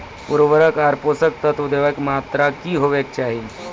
उर्वरक आर पोसक तत्व देवाक मात्राकी हेवाक चाही?